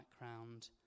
background